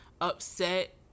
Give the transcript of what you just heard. upset